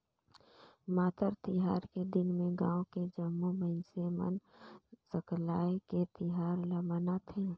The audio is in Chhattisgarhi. मातर तिहार के दिन में गाँव के जम्मो मइनसे मन सकलाये के तिहार ल मनाथे